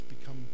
become